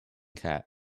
cat